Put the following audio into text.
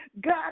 God